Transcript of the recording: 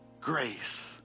grace